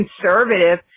conservative